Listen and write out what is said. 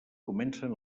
comencen